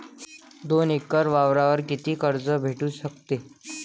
दोन एकर वावरावर कितीक कर्ज भेटू शकते?